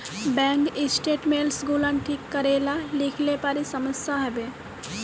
bank statements গুলান ঠিক ক্যরে লা লিখলে পারে সমস্যা হ্যবে